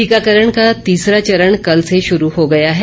टीकाकरण का तीसरा चरण कल से शुरू हो गया है